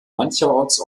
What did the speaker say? mancherorts